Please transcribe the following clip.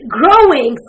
growing